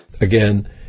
Again